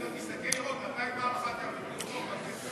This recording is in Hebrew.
אני עוד מסתכל לראות מתי פעם אחת יעבירו לי חוק בכנסת הזאת.